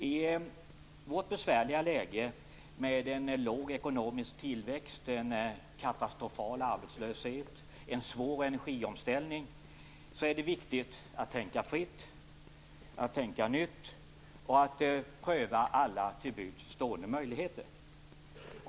I vårt besvärliga läge, med en låg ekonomisk tillväxt, en katastrofal arbetslöshet och en svår energiomställning, är det viktigt att tänka fritt, att tänka nytt och att pröva alla till buds stående möjligheter.